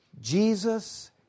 Jesus